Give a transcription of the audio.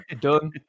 done